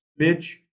bitch